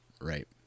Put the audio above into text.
Right